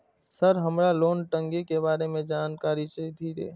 Sir हमरा loan टंगी के बारे में जान कारी धीरे?